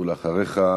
ולאחריך,